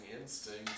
instinct